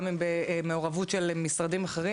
גם אם במעורבות של משרדים אחרים,